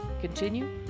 continue